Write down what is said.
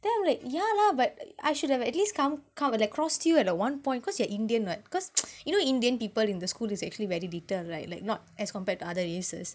then I'm like yeah lah but I should have at least come come like crossed you at the one point cause you're indian [what] cause you know indian people in the school is actually very little right like not as compared to other races